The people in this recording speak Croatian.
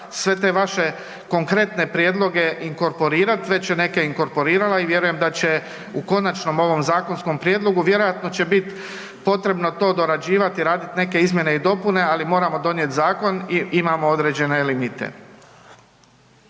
sve te vaše konkretne prijedloge inkorporirati, već je neke inkorporirala i vjerujem da će u konačnom ovom zakonskom prijedlogu vjerojatno će biti potrebno to dorađivati, raditi neke izmjene i dopune ali moramo donijeti zakon i imamo određene limite.